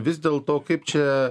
vis dėl to kaip čia